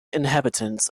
inhabitants